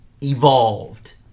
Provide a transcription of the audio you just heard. evolved